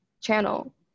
channel